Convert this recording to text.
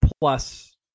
plus